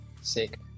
Sick